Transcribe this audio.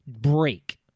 break